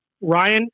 Ryan